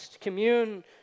commune